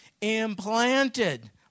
Implanted